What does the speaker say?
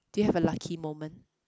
do you have a lucky moment